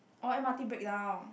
oh M_R_T breakdown